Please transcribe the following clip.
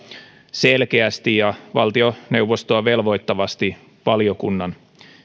selkeästi ja valtioneuvostoa velvoittavasti valiokunnan